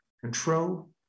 control